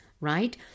right